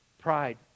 pride